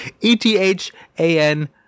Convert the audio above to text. E-T-H-A-N